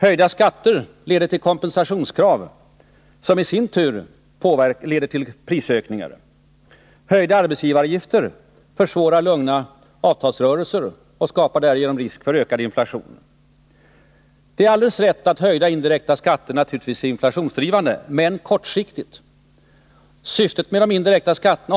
Höjda skatter leder till kompensationskrav som i sin tur leder till prisökningar. Höjda arbetsgivaravgifter försvårar lugna avtalsrörelser och skapar därigenom risk för ökad inflation. Det är alldeles riktigt att höjda indirekta skatter är inflationsdrivande, men det är kortsiktigt.